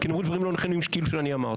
כי נאמרו דברים לא נכונים כאילו שאני אמרתי.